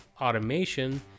Automation